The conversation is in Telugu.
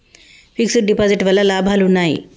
ఫిక్స్ డ్ డిపాజిట్ వల్ల లాభాలు ఉన్నాయి?